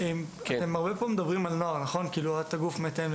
אתם מדברים פה הרבה על נוער.